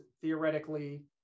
theoretically